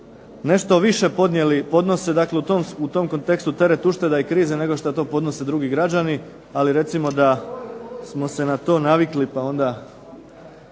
podnijeli, podnose u tom kontekstu ušteda i krize nego što to podnose drugi građani. Ali recimo da smo se na to navikli pa ćemo